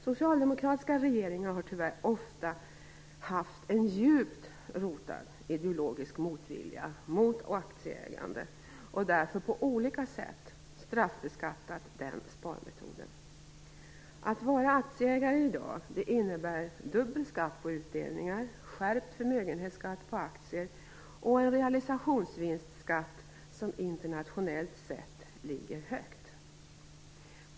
Socialdemokratiska regeringar har tyvärr ofta haft en djupt rotad ideologisk motvilja mot aktieägande och har därför på olika sätt straffbeskattat den sparmetoden. Att vara aktieägare i dag innebär dubbel skatt på utdelningar, skärpt förmögenhetsskatt på aktier och en realisationsvinstskatt som internationellt sett ligger högt.